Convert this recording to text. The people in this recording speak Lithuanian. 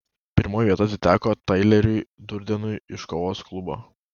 pirmoji vieta atiteko taileriui durdenui iš kovos klubo